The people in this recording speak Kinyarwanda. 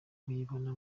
uyibona